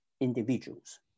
individuals